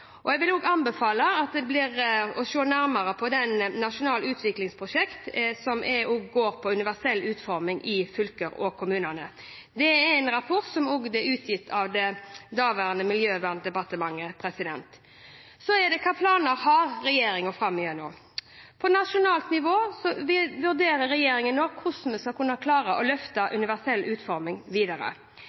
Jeg vil anbefale å se nærmere på Nasjonalt utviklingsprosjekt for universell utforming i fylker og kommuner. Det er en rapport som ble utgitt av det daværende Miljøverndepartementet. Så er det spørsmål om hva slags planer regjeringen har framover. På nasjonalt nivå vurderer regjeringen nå hvordan vi skal klare å løfte universell utforming videre.